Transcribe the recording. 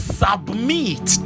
submit